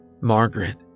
Margaret